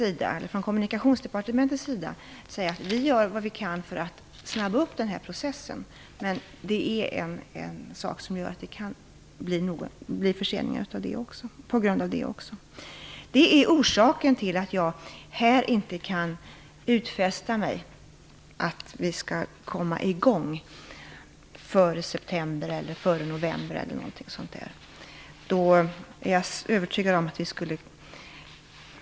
Vi gör från Kommunikationsdepartementets sida vad vi kan för att snabba upp den här processen, men det kan alltså ändå bli förseningar på grund av överklaganden. Detta är orsaken till att jag här inte kan lova att vi kommer i gång före september eller november eller liknande.